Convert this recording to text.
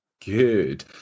good